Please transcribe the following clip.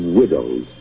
widows